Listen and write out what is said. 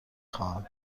خواهم